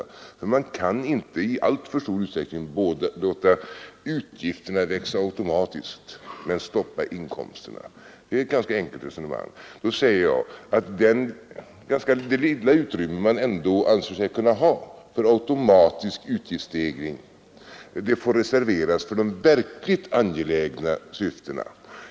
Man kan inte i alltför stor utsträckning låta utgifterna växa automatiskt men stoppa inkomsterna. Det är ett ganska enkelt resonemang. Då säger jag att det ganska lilla utrymme man ändå anser sig ha för automatisk utgiftsstegring får reserveras för de verkligt angelägna syftena.